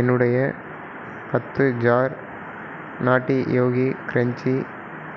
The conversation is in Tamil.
என்னுடைய பத்து ஜார் நட்டி யோகி க்ரன்ச்சி